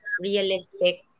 realistic